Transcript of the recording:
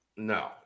No